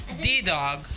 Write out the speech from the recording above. D-dog